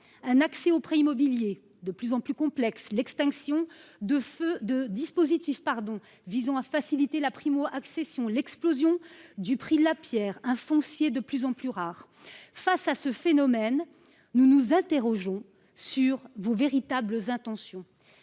un accès aux prêts immobiliers de plus en plus complexe, l’extinction de dispositifs visant à faciliter la primo accession, l’explosion du prix de la pierre, un foncier de plus en plus rare… Face à un tel phénomène, nous nous interrogeons sur vos véritables intentions.